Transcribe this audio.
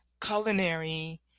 culinary